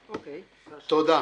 תודה.